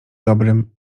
dobrym